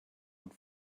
und